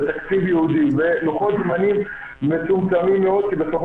בתקציב ייעודי ולוחות זמנים מצומצמים מאוד כי בסופו